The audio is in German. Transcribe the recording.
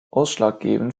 ausschlaggebend